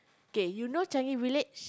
K you know Changi-Village